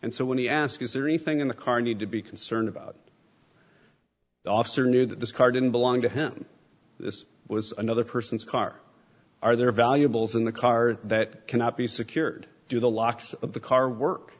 and so when he asked is there anything in the car need to be concerned about the officer knew that this car didn't belong to him this was another person's car are there valuables in the car that cannot be secured do the locks of the car work